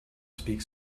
speak